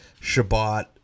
Shabbat